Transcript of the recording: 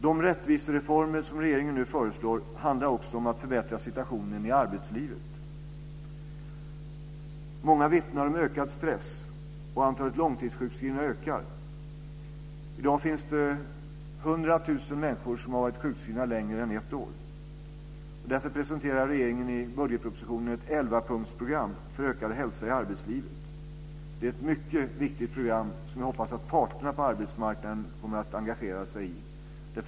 De rättvisereformer som regeringen nu föreslår handlar också om att förbättra situationen i arbetslivet. Många vittnar om ökad stress, och antalet långtidssjukskrivningar ökar. I dag finns det 100 000 människor som har varit sjukskrivna i mer än ett år. Därför presenterar regeringen i budgetpropositionen ett 11-punktsprogram för ökad hälsa i arbetslivet. Det är ett mycket viktigt program som jag hoppas att parterna på arbetsmarknaden kommer att engagera sig i.